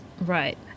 Right